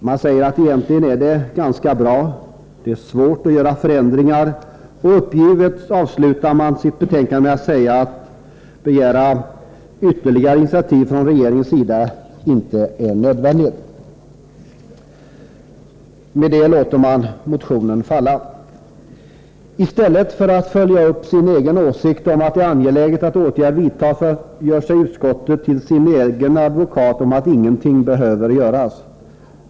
Man säger att egentligen är det ganska bra, och det är svårt att göra förändringar. Uppgivet avslutar man sitt betänkande med att säga att en begäran om ytterligare initiativ från regeringen inte är nödvändig. Med det låter man motionen falla. I stället för att följa upp sin åsikt att det är angeläget att åtgärder vidtas gör sig utskottet till sin egen advokat för att ingenting behöver göras.